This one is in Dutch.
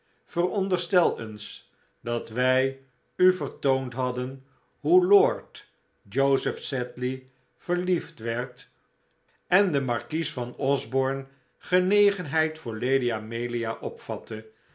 veronderstel eens dat wij u vertoond hadden hoe lord joseph sedley verliefd werd en de markies van osborne genegenheid voor lady amelia opvatte